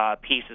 Pieces